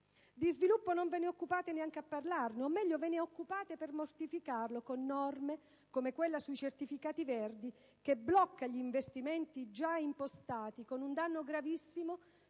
Di sviluppo non ve ne occupate neanche a parlarne, o meglio ve ne occupate per mortificarlo con norme, come quella sui certificati verdi, che bloccano gli investimenti già impostati con un danno gravissimo